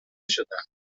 شدند